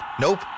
Nope